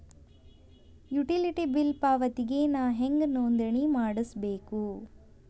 Utility bill ಪಾವತಿಗೆ ನಾ ಹೆಂಗ್ ನೋಂದಣಿ ಮಾಡ್ಸಬೇಕು?